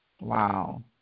Wow